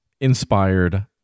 inspired